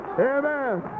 Amen